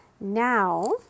Now